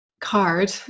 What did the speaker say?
card